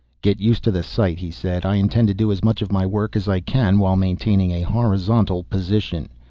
get used to the sight, he said. i intend to do as much of my work as i can, while maintaining a horizontal position.